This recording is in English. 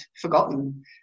forgotten